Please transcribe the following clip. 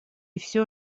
все